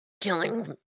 killing